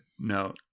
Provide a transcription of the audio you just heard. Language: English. no